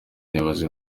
nibaza